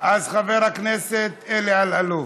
אז חבר הכנסת אלי אלאלוף,